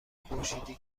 خورشیدی